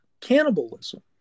cannibalism